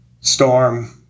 storm